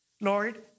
Lord